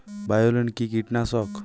বায়োলিন কি কীটনাশক?